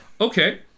okay